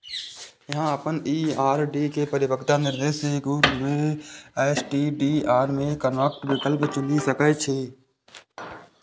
अहां अपन ई आर.डी के परिपक्वता निर्देश के रूप मे एस.टी.डी.आर मे कन्वर्ट विकल्प चुनि सकै छी